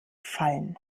fallen